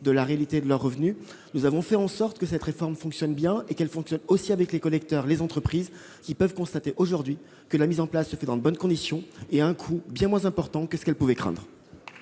de la réalité de leurs revenus. Nous avons fait en sorte que cette réforme fonctionne bien et qu'elle fonctionne aussi avec les collecteurs, à savoir les entreprises, qui peuvent constater aujourd'hui que la mise en oeuvre se fait dans de bonnes conditions et à un coût bien moindre que ce qu'elles pouvaient craindre.